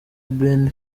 ben